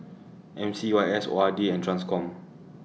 M C Y S O R D and TRANSCOM